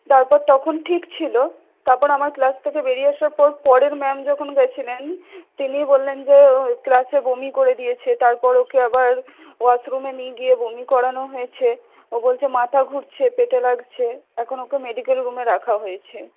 তারপর তখন ঠিক ছিল তারপর আমার ক্লাস থেকে বেরিয়ে আসার পর পরের ম্যাম যখন গিয়েছিলেন তিনি বললেন যে ক্লাসে বমি করে দিয়েছে তারপর ওকে আবার ওয়াশরুমে নিয়ে গিয়ে বমি করানো হয়েছে ও বলছে মাথা ঘুরছে পেটে লাগছে এখন ওকে মেডিক্যাল রুমে রাখা হয়েছে